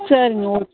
சரிங்க ஓகே